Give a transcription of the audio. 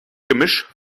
gemisch